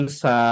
sa